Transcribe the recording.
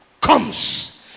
comes